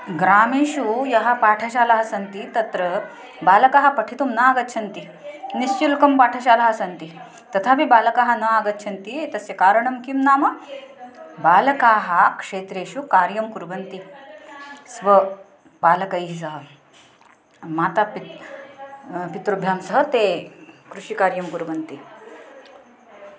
ग्रामेषु याः पाठशालाः सन्ति तत्र बालकाः पठितुं न आगच्छन्ति निश्शुल्कं पाठशालाः सन्ति तथापि बालकाः न आगच्छन्ति तस्य कारणं किं नाम बालकाः क्षेत्रेषु कार्यं कुर्वन्ति स्वबालकैः सह मातापि पित् पितृभ्यां सह ते कृषिकार्यं कुर्वन्ति